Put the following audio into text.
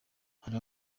hari